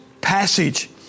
passage